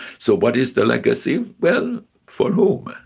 so what is the legacy? well, for whom? and